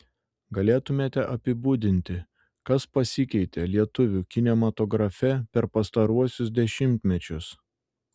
galėtumėte apibūdinti kas pasikeitė lietuvių kinematografe per pastaruosius dešimtmečius